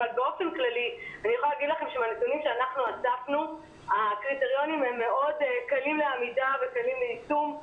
אבל באופן כללי מהנתונים שאספנו הקריטריונים מאוד קלים לעמידה וליישום.